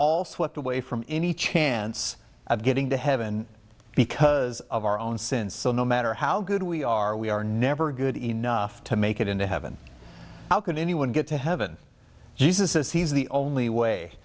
all swept away from any chance of getting to heaven because of our own sins so no matter how good we are we are never good enough to make it into heaven how can anyone get to heaven jesus says he's the only way